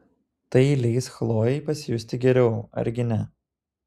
tai leis chlojei pasijusti geriau argi ne